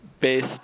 based